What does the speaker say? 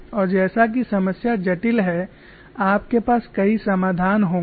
और जैसा कि समस्या जटिल है आपके पास कई समाधान होंगे